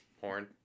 Porn